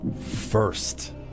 first